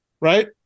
right